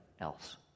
else